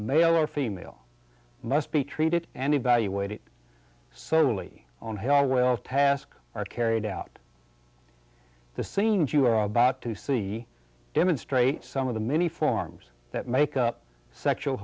male or female must be treated and evaluate it solely on how well task are carried out the things you are about to see demonstrate some of the many forms that make up sexual